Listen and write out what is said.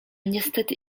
niestety